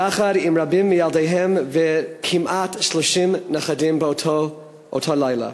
יחד עם רבים מילדיהם וכמעט 30 נכדים באותו לילה.